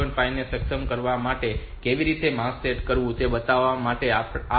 5 ને સક્ષમ કરવા માટે કેવી રીતે માસ્ક સેટ કરવું તે બતાવવા માટે આ એક ઉદાહરણ છે